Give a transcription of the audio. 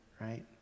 Right